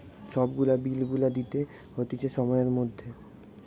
সব গুলা বিল গুলা দিতে হতিছে সময়ের মধ্যে